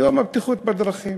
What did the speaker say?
יום הבטיחות בדרכים